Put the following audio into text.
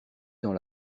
dans